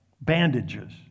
bandages